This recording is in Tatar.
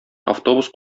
автобус